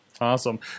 awesome